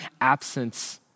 absence